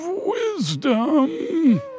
wisdom